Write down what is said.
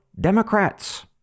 Democrats